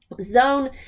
zone